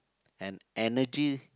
and energy